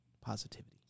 Positivity